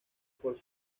por